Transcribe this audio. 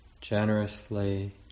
generously